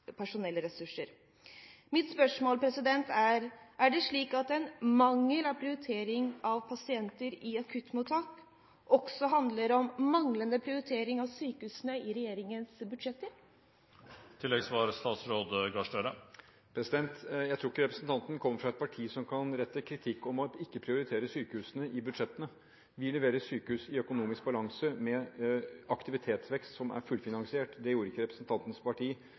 er: Er det slik at en mangel på prioritering av pasienter i akuttmottak også handler om manglende prioritering av sykehusene i regjeringens budsjetter? Jeg tror ikke representanten kommer fra et parti som kan rette kritikk mot at vi ikke prioriterer sykehusene i budsjettene. Vi leverer sykehus i økonomisk balanse med en aktivitetsvekst som er fullfinansiert. Det gjorde ikke representantens parti